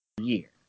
year